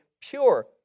pure